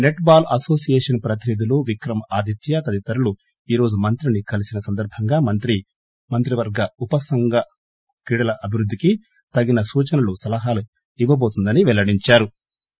net ball association ప్రతినిధులు విక్రమ్ ఆదిత్వ తదితరులు ఈ రోజు మంత్రిని కలిసిన సందర్బంగా మంత్రి వర్గ ఉప సంఘంత క్రీడల అభివృద్దికి తగిన సూచనలు సలహాలు ఇవ్వబోతుందని పెల్లడించారు